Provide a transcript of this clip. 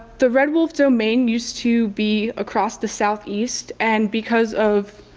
the red wolf domain used to be across the south east and because of